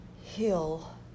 heal